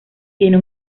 tiene